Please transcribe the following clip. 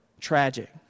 Tragic